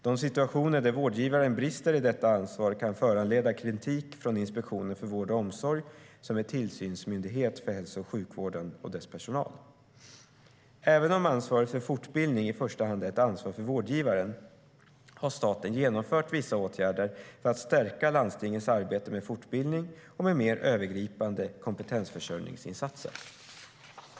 De situationer där vårdgivaren brister i detta ansvar kan föranleda kritik från Inspektionen för vård och omsorg, som är tillsynsmyndighet för hälso och sjukvården och dess personal. Även om ansvaret för fortbildning i första hand är ett ansvar för vårdgivaren har staten genomfört vissa åtgärder för att stärka landstingens arbete med fortbildning och med mer övergripande kompetensförsörjningsinsatser.